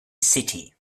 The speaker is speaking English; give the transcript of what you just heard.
city